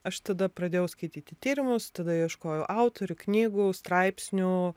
aš tada pradėjau skaityti tyrimus tada ieškojau autorių knygų straipsnių